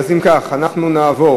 אז אם כך אנחנו נעבור,